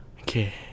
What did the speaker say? Okay